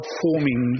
forming